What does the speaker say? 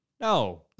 No